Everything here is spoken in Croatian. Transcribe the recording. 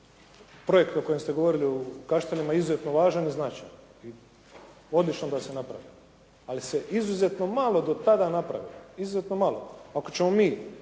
projekt o kojem ste govorili u Kaštelima izuzetno važan i značajan i odlično da se napravio. Ali se izuzetno malo do tada napravilo, izuzetno malo. Ako ćemo mi